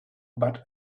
but